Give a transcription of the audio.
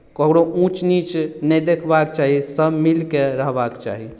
ककरहु ऊँच नीच नहि देखबाक चाही सभ मिलिके रहबाक चाही